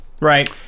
Right